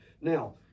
Now